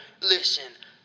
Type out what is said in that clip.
Listen